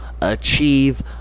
Achieve